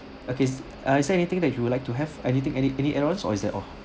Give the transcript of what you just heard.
okay ah is there anything that you would like to have anything any any add ons or is that all